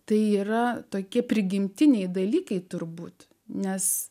tai yra tokie prigimtiniai dalykai turbūt nes